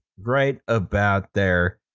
right about there,